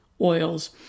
oils